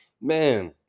man